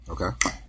Okay